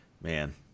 man